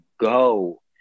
go